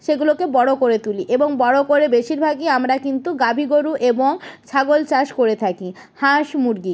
সেগুলোকে বড় করে তুলি এবং বড় করে বেশিরভাগই আমরা কিন্তু গাভী গোরু এবং ছাগল চাষ করে থাকি হাঁস মুরগি